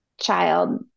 child